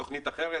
תוכנית אחרת,